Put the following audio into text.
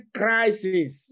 crisis